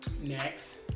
Next